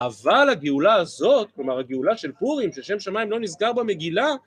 אבל הגאולה הזאת, כלומר הגאולה של פורים, ששם שמיים לא נזכר במגילה